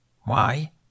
Why